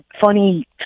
funny